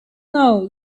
know